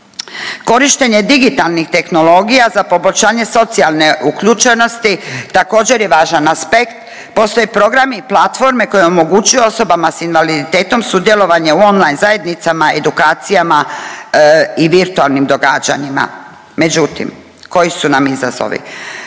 Korištenje digitalnih tehnologija za poboljšanje socijalne uključenosti također je važan aspekt. Postoje programi i platforme koje omogućuju osobama sa invaliditetom sudjelovanje u on-line zajednicama, edukacijama i virtualnim događanjima. Međutim, koji su nam izazovi?